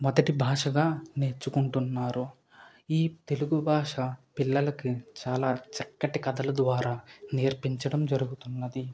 మొదటి భాషగా నేర్చుకుంటున్నారు ఈ తెలుగు భాష పిల్లలకు చాలా చక్కటి కథల ద్వారా నేర్పించడం జరుగుతున్నది